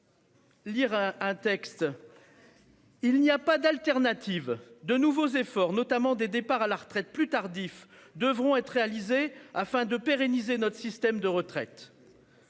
Lire un texte. Il n'y a pas d'alternative de nouveaux efforts notamment des départs à la retraite plus tardif devront être réalisés afin de pérenniser notre système de retraite.